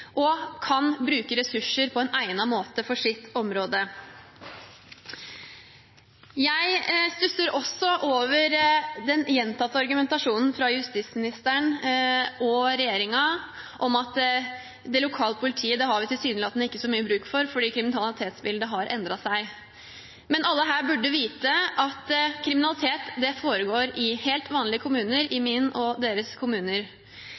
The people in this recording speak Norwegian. og kan bruke ressurser på en egnet måte for sitt område. Jeg stusser også over den gjentatte argumentasjonen fra justisministeren og regjeringen om at det lokale politiet har vi tilsynelatende ikke så mye bruk for, fordi kriminalitetsbildet har endret seg. Men alle her burde vite at kriminalitet foregår i helt vanlige kommuner – i min kommune og i deres kommuner.